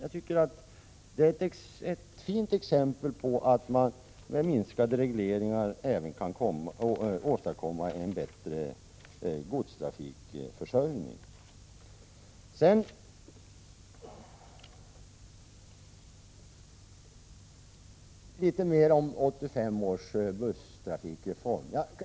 Jag tycker att det är ett fint exempel på att man med minskade regleringar även kan åstadkomma en bättre godstrafikförsörjning. Så något mer om 1985 års busstrafikreform.